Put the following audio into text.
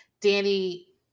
Danny